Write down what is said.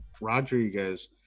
rodriguez